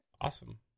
awesome